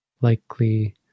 likely